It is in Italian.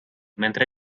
mentre